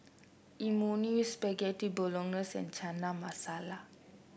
Imoni Spaghetti Bolognese and Chana Masala